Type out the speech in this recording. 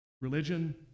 Religion